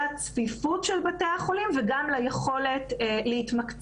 לצפיפות של בתי החולים וגם ליכולת להתמקצע